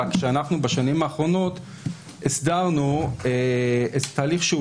רק שאנחנו בשנים האחרונות הסדרנו תהליך שהוא